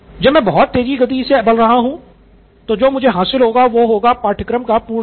जब मैं बहुत तेज गति से आगे बढ़ रहा हूं तो जो मुझे हासिल होगा वह होगा पाठ्यक्रम का पूर्ण होना